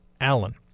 Allen